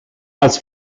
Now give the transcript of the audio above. als